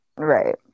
right